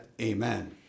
Amen